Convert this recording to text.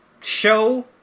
show